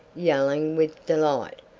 yelling with delight,